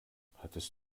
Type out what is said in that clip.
hattest